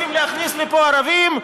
רוצים להכניס לפה ערבים,